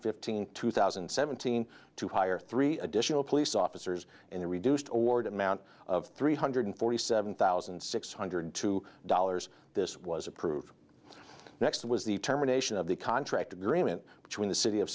fifteen two thousand and seventeen to hire three additional police officers in a reduced award amount of three hundred forty seven thousand six hundred two dollars this was approved next was the terminations of the contract agreement between the city of